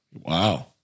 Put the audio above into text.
Wow